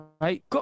right